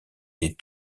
des